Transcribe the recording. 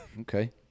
Okay